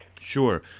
Sure